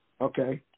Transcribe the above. Okay